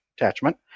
attachment